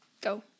go